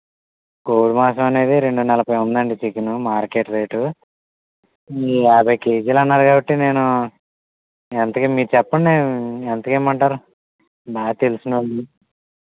కోడి మాంసం అనేది రెండు నలభై ఉందండి చికెను మార్కెట్ రేటు యాభై కేజీలు అన్నారు కాబట్టి నేను ఎంతకి మీరు చెప్పండి ఎంతకి ఇమ్మంటారు బాగా తెలిసిన వాళ్ళు